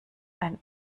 ein